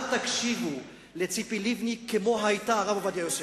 אל תקשיבו לציפי לבני כמו היתה הרב עובדיה יוסף.